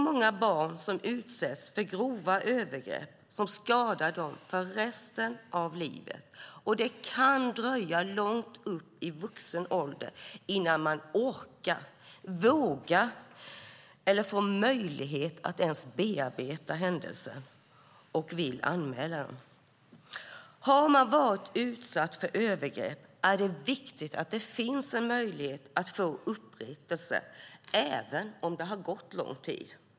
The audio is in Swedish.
Många barn utsätts för grova övergrepp som skadar dem för resten av livet. Det kan dröja långt upp i vuxen ålder innan man orkar, vågar eller får möjlighet att bearbeta händelserna och vill anmäla dem. Har man varit utsatt för övergrepp är det viktigt att det finns en möjlighet att få upprättelse även om det har gått lång tid.